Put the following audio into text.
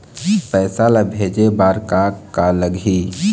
पैसा ला भेजे बार का का लगही?